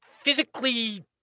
physically